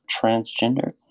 transgender